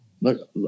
look